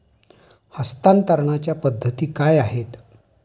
हस्तांतरणाच्या पद्धती काय आहेत?